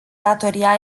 datoria